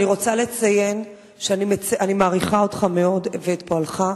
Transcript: אני רוצה לציין שאני מעריכה אותך מאוד ואת פועלך,